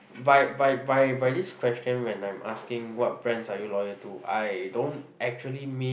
by by by by this question when I'm asking what brands are you loyal to I don't actually mean